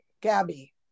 Gabby